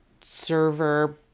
server